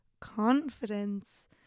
confidence